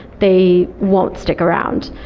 they won't stick around.